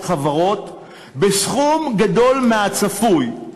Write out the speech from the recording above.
חברות בסכום גדול מהצפוי,